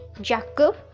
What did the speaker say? Jacob